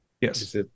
Yes